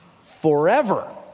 forever